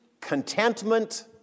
contentment